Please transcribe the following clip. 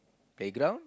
playground